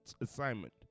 assignment